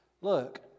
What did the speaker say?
Look